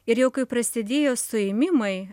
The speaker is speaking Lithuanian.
ir jau kai prasidėjo suėmimai